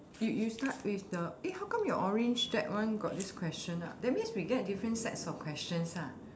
you you start with the eh how come your orange deck one got this question ah that means we get different sets of questions ah